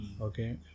okay